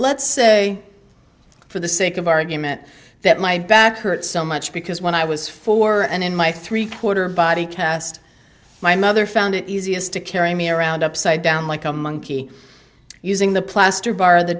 let's say for the sake of argument that my back hurts so much because when i was four and in my three quarter body cast my mother found it easiest to carry me around upside down like a monkey using the plaster b